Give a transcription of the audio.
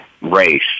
race